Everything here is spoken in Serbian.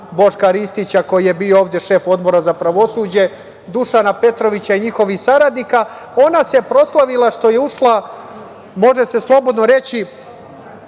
Boška Ristića, koji je bio ovde šef Odbora za pravosuđe, Dušana Petrovića i njihovih saradnika, ona se proslavila što je ušla, može se slobodno reći,